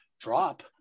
drop